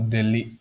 Delhi